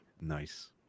Nice